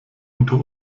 unter